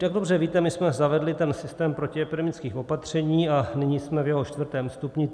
Jak dobře víte, my jsme zavedli ten systém protiepidemických opatření a nyní jsme v jeho čtvrtém stupni.